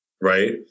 right